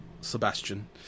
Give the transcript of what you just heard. Sebastian